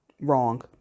Wrong